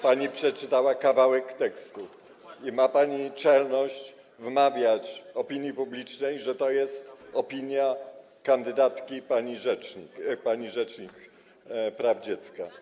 Pani przeczytała kawałek tekstu i ma pani czelność wmawiać opinii publicznej, że to jest opinia kandydatki na rzecznika praw dziecka.